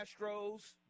Astros